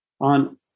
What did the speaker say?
on